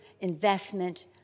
investment